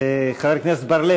וחבר הכנסת בר-לב,